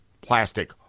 plastic